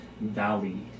valley